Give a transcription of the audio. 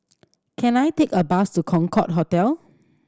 can I take a bus to Concorde Hotel